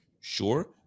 Sure